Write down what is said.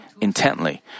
intently